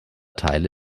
teile